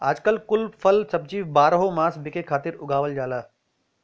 आजकल कुल फल सब्जी बारहो मास बिके खातिर उगावल जाला